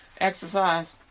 exercise